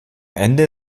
ende